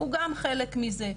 הוא גם חלק מזה,